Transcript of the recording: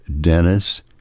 Dennis